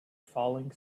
falling